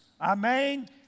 amen